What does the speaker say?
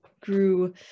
grew